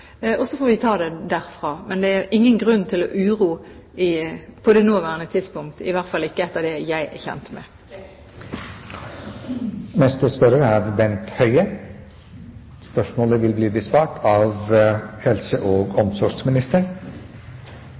og så får vi ta det derfra. Men det er ingen grunn til uro på det nåværende tidspunkt – i hvert fall ikke etter det jeg er kjent med. Det er bra. Dette spørsmålet